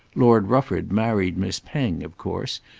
lord rufford married miss penge of course,